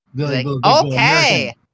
Okay